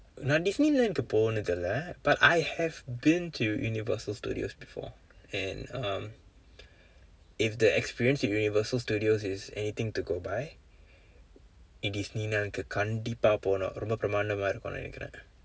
நான்:naan disneyland-ukku போனது இல்லை:poonathu illai but I have been to universal studios before and um if the experience in universal studios is anything to go by நீ:nii disneyland-ukku கண்டிப்பா போகணும் ரொம்ப பிரமாண்டமாக இருக்கும் நினைக்கிறேன்:kandippaa pookanum rompa piramaandamaaka irukkum ninaikkireen